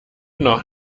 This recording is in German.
noch